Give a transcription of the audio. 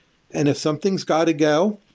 and if something's got to go,